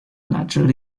natural